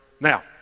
Now